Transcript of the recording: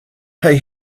hey